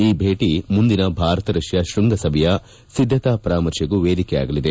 ಈ ಭೇಟಿ ಮುಂದಿನ ಭಾರತ ರಷ್ಠಾ ಶೃಂಗ ಸಭೆಯ ಸಿದ್ಧತಾ ಪರಾಮರ್ತೆಗೂ ವೇದಿಕೆಯಾಗಲಿದೆ